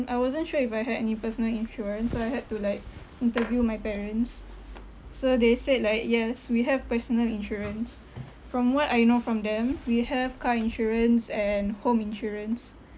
I wasn't sure if I had any personal insurance so I had to like interview my parents so they said like yes we have personal insurance from what I know from them we have car insurance and home insurance